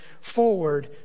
forward